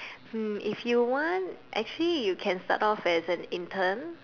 mm if you want actually you can start off as an intern